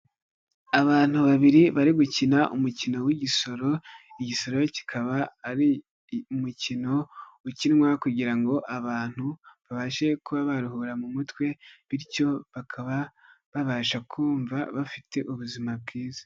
Abantu babiri bari gukina umukino w'igisoro, igisoro kikaba ari umukino ukinwa kugira ngo abantu babashe kuba baruhura mu mutwe bityo bakaba babasha kumva bafite ubuzima bwiza.